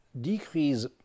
decrease